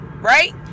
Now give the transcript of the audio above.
Right